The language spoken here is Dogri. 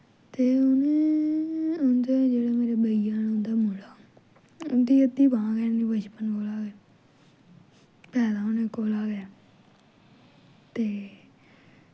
ते उ'नें उं'दा जेह्ड़ा नेरा भैया न उं'दा मुड़ा उं'दा अद्धी बांह् गै नी बचपन कोला गै पैदा होने कोला गै ते